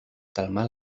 calmar